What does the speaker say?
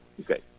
Okay